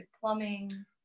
plumbing